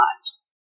lives